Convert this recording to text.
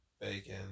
bacon